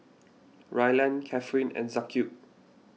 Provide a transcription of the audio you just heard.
Ryland Catherine and Jaquez